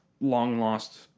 long-lost